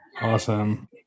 Awesome